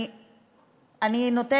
היו